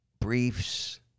briefs